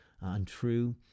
untrue